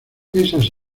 esas